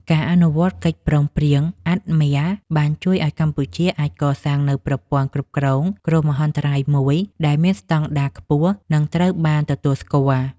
ការអនុវត្តកិច្ចព្រមព្រៀងអាត់ម៊ែរ(AADMER) បានជួយឱ្យកម្ពុជាអាចកសាងនូវប្រព័ន្ធគ្រប់គ្រងគ្រោះមហន្តរាយមួយ ដែលមានស្តង់ដារខ្ពស់ និងត្រូវបានទទួលស្គាល់។